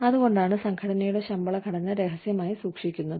അതുകൊണ്ടാണ് സംഘടനയുടെ ശമ്പള ഘടന രഹസ്യമായി സൂക്ഷിക്കുന്നത്